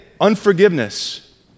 unforgiveness